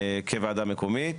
כוועדה מקומית,